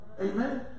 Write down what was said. amen